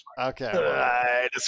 Okay